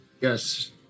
Yes